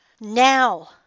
now